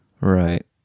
right